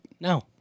No